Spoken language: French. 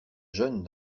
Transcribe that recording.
jeunes